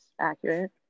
accurate